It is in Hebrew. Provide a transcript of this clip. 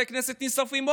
כשבתי הכנסת נשרפים,